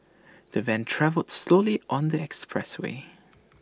the van travelled slowly on the expressway